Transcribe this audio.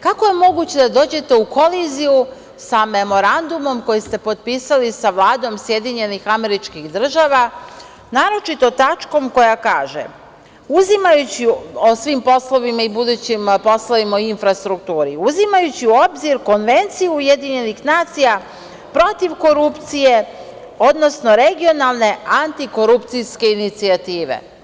Kako je moguće da dođete u koliziju sa Memorandumom koji ste potpisali sa Vladom SAD, naročito tačkom koja kaže o svim poslovima i budućim poslovima i infrastrukturi – uzimajući u obzir Konvenciju UN protiv korupcije, odnosno Regionalne antikorupcijske inicijative.